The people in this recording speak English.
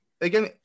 Again